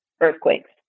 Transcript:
earthquakes